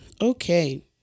Okay